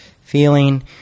feeling